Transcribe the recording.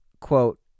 quote